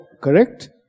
correct